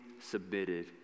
submitted